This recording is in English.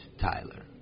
Tyler